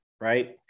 right